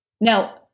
Now